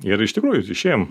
ir iš tikrųjų išėjom